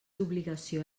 obligació